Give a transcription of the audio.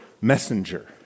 messenger